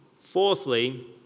Fourthly